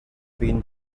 been